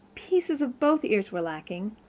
pieces of both ears were lacking,